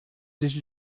these